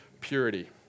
purity